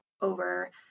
over